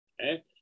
Okay